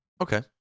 Okay